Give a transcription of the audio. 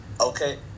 okay